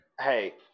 Hey